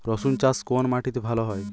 রুসুন চাষ কোন মাটিতে ভালো হয়?